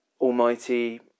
Almighty